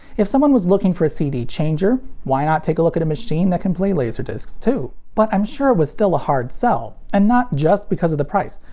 if someone was looking for a cd changer, why not take a look at a machine that can play laserdiscs, too? but i'm sure it was still a hard sell. and not just because of the price.